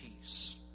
peace